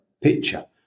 picture